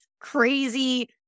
crazy